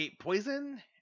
poison